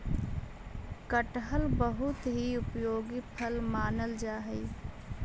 कटहल बहुत ही उपयोगी फल मानल जा हई